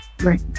right